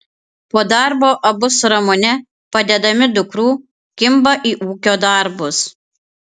po darbo abu su ramune padedami dukrų kimba į ūkio darbus